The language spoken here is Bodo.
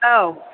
औ